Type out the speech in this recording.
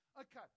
Okay